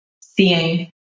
seeing